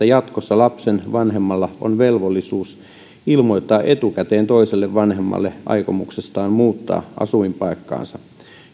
jatkossa lapsen vanhemmalla on velvollisuus ilmoittaa etukäteen toiselle vanhemmalle aikomuksestaan muuttaa asuinpaikkaansa